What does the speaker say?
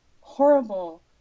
horrible